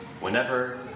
whenever